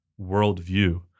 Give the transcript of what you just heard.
worldview